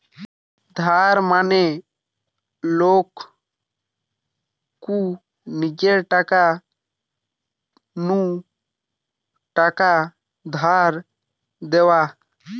ধার মানে লোক কু নিজের টাকা নু টাকা ধার দেওয়া